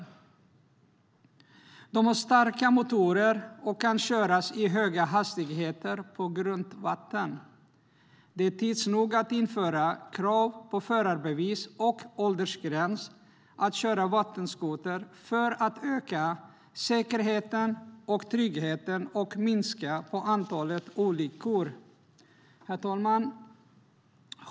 Vattenskotrar har starka motorer och kan köras i höga hastigheter på grunt vatten. Det är tid att införa krav på förarbevis och åldersgräns för att köra vattenskoter för att öka säkerheten och tryggheten och minska antalet olyckor. Herr talman!